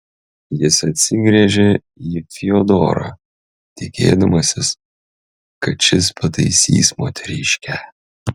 jis atsigręžė į fiodorą tikėdamasis kad šis pataisys moteriškę